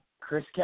Chris